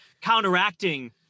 counteracting